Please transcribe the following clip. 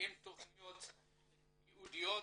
עם תכניות ייעודיות,